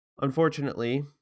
unfortunately